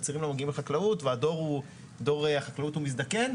וצעירים לא מגיעים לחקלאות ודור החקלאים מזדקן.